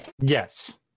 Yes